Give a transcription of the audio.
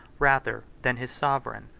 rather than his sovereign.